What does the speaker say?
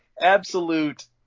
absolute –